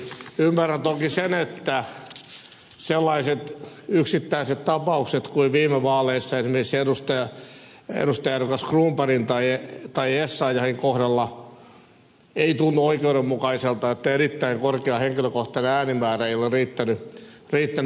ymmärrän toki sen että sellaisissa yksittäisissä tapauksissa kuin viime vaaleissa esimerkiksi edustajaehdokas cronbergin tai essayahin kohdalla ei tunnu oikeudenmukaiselta että erittäin korkea henkilökohtainen äänimäärä ei ole riittänyt valintaan